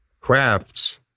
crafts